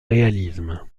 réalisme